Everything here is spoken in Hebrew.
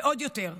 ועוד יותר,